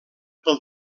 pel